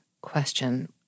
question